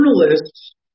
journalists